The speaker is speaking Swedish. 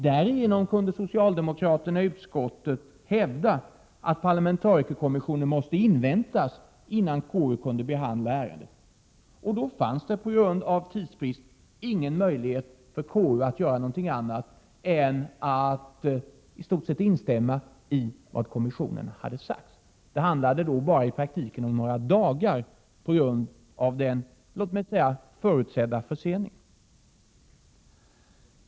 Därigenom kunde socialdemokraterna i utskottet hävda att parlamentarikerkommissionen måste inväntas innan KU kunde behandla ärendet. Då fanns det på grund av tidsbrist ingen möjlighet för KU att göra annat än att i stort sett instämma i vad kommissionen hade sagt. Det handlade i praktiken om bara några dagar på grund av den, låt mig säga, förutsedda förseningen.